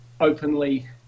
openly